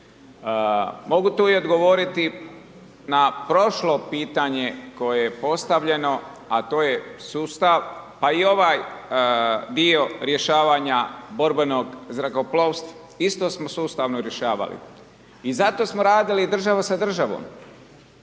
Mogu tu i odgovoriti na prošlo pitanje koje je postavljeno, a to je sustav, pa i ovaj dio rješavanja borbenog zrakoplovstva, isto smo sustavno rješavali. I zato smo radili država sa državom,